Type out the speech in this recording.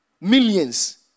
Millions